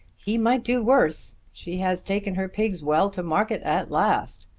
he might do worse. she has taken her pigs well to market at last!